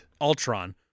Ultron